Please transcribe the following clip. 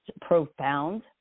profound